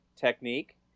technique